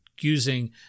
using